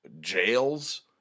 jails